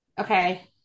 Okay